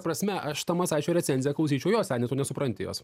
prasme aš tą masaičio recenziją klausyčiau jo seni tu nesupranti jos